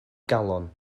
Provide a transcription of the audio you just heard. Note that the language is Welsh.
galon